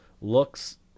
looks